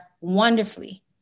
wonderfully